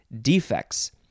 defects